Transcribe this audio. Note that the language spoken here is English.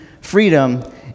freedom